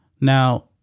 Now